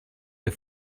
des